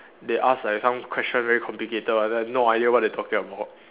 they ask like some question very complicated one I have no idea what they are talking about